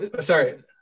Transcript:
Sorry